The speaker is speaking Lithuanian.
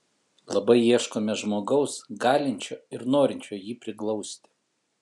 labai ieškome žmogaus galinčio ir norinčio jį priglausti